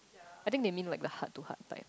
I think they mean like the heart to heart type